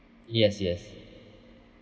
yes yes